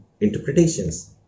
interpretations